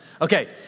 Okay